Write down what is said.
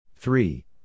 Three